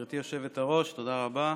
גברתי היושבת-ראש, תודה רבה.